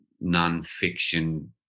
non-fiction